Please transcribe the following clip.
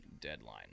deadline